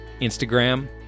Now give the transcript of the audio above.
Instagram